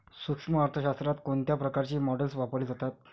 सूक्ष्म अर्थशास्त्रात कोणत्या प्रकारची मॉडेल्स वापरली जातात?